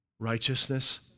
righteousness